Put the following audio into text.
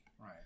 Right